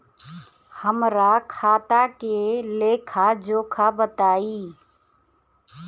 हमरा खाता के लेखा जोखा बताई?